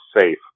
safe